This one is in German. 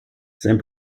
sein